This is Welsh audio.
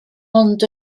ond